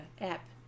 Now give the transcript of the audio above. app